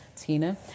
Tina